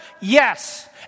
Yes